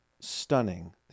stunning